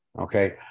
Okay